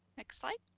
next slide,